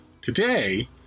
today